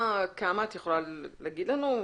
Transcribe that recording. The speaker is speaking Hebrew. את יכולה לתת לנו כמות?